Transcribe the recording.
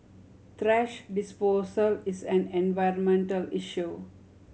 thrash disposal is an environmental issue